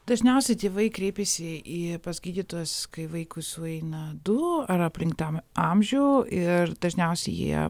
dažniausiai tėvai kreipiasi į pas gydytojus kai vaikui sueina du ar aplink tą amžių ir dažniausiai jie